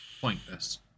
pointless